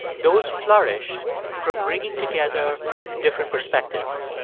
those flourish from bringing together different perspectives.